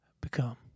become